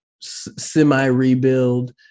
semi-rebuild